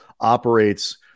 operates